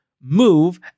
move